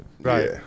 Right